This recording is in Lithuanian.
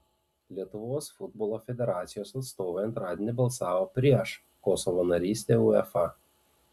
lietuvos futbolo federacijos atstovai antradienį balsavo prieš kosovo narystę uefa